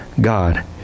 God